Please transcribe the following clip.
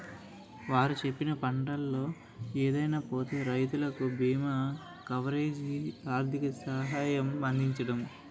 వారు చెప్పిన పంటల్లో ఏదైనా పోతే రైతులకు బీమా కవరేజీ, ఆర్థిక సహాయం అందించడం